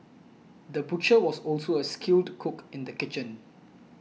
the butcher was also a skilled cook in the kitchen